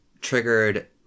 triggered